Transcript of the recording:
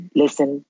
listen